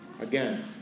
Again